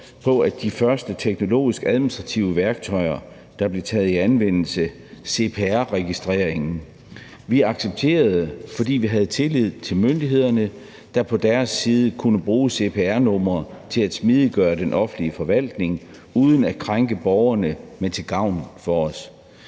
af de første teknologisk administrative værktøjer, der blev taget i anvendelse, nemlig cpr-registreringen. Vi accepterede det, fordi vi havde tillid til myndighederne, der på deres side kunne bruge cpr-numre til at smidiggøre den offentlige forvaltning uden at krænke borgerne, men til gavn for dem.